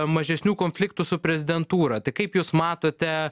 mažesnių konfliktų su prezidentūra tai kaip jūs matote